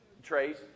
Trace